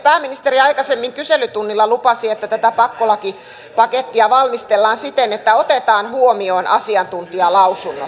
pääministeri aikaisemmin kyselytunnilla lupasi että tätä pakkolakipakettia valmistellaan siten että otetaan huomioon asiantuntijalausunnot